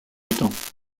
temps